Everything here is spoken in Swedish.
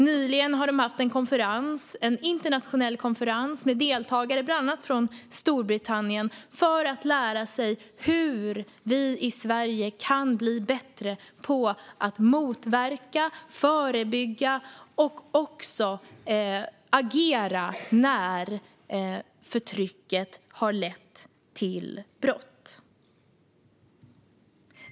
Nyligen hade man en internationell konferens med deltagare från bland annat Storbritannien för att lära sig hur vi i Sverige ska bli bättre på att förebygga och motverka och på att agera när förtrycket har lett till brott.